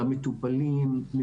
למטופלים,